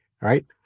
Right